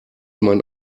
mein